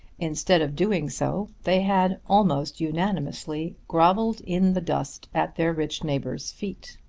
instead of doing so they had, almost unanimously, grovelled in the dust at their rich neighbour's feet.